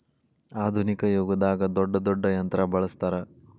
ಆದುನಿಕ ಯುಗದಾಗ ದೊಡ್ಡ ದೊಡ್ಡ ಯಂತ್ರಾ ಬಳಸ್ತಾರ